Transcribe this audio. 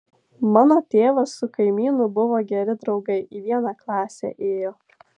mano tėvas su kaimynu buvo geri draugai į vieną klasę ėjo